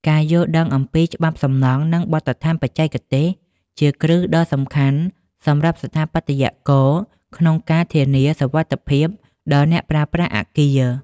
ការយល់ដឹងអំពីច្បាប់សំណង់ និងបទដ្ឋានបច្ចេកទេស ជាគ្រឹះដ៏សំខាន់សម្រាប់ស្ថាបត្យករក្នុងការធានាសុវត្ថិភាពដល់អ្នកប្រើប្រាស់អគារ។